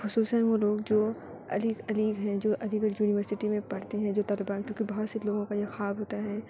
خصوصاً وہ لوگ جو علی علیگ ہیں جو علی گڑھ یونیورسٹی میں پڑھتے ہیں جو طلبا کیونکہ بہت سے لوگوں کا یہ خواب ہوتا ہے